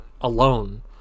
alone